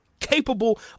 capable